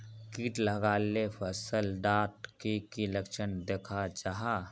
किट लगाले फसल डात की की लक्षण दखा जहा?